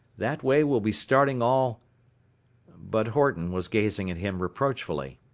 that way we'll be starting all but horton was gazing at him reproachfully.